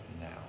now